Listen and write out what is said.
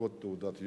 הנפקת תעודת יושר?